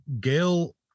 Gail